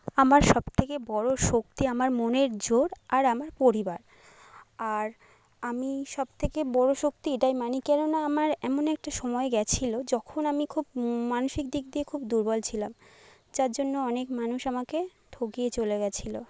আমার সবথেকে বড় শক্তি আমার মনের জোর আর আমার পরিবার আর আমি সবথেকে বড় শক্তি এটাই মানি কেন না আমার এমন একটা সময় গিয়েছিল যখন আমি খুব মানসিক দিক দিয়ে খুব দুর্বল ছিলাম যার জন্য অনেক মানুষ আমাকে ঠকিয়ে চলে গিয়েছিল